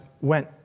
went